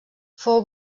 fou